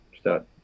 start